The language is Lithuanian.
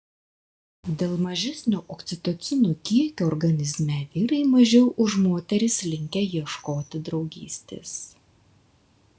dėl mažesnio oksitocino kiekio organizme vyrai mažiau už moteris linkę ieškoti draugystės